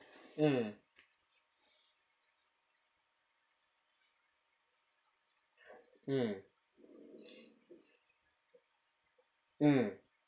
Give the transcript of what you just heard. mm mm mm